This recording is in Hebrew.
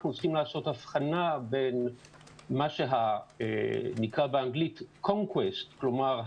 אנחנו צריכים לעשות הבחנה בין מה שנקרא באנגלית - konquest כלומר,